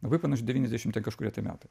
labai panašiu devyniasdešim ten kažkurie tai metai